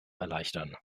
erleichtern